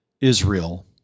Israel